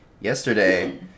Yesterday